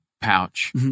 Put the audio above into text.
pouch